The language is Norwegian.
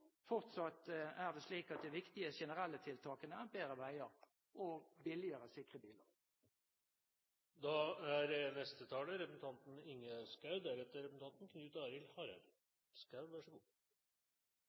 de viktige generelle tiltakene bedre veier og billigere sikre biler. Jeg synes det er et prisverdig initiativ som representanten